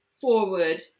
forward